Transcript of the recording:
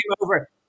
over